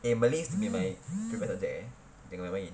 eh malays be like eh kejap eh jangan main main